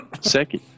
Second